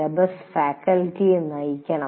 syllabus ഫാക്കൽറ്റിയെ നയിക്കണം